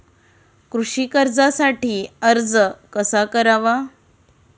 कृषी कर्जासाठी अर्ज कसा करावा?